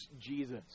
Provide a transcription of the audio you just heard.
Jesus